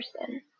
person